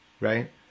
right